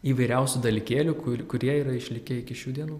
įvairiausių dalykėlių kur kurie yra išlikę iki šių dienų